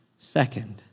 second